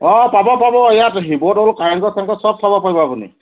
অ পাব পাব ইয়াত শিৱ দৌল কাৰেংঘৰ চাৰেংঘৰ সব চাব পাৰিব আপুনি